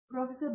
professor B